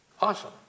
Awesome